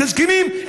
את הזקנים,